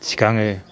थिखाङो